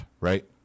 right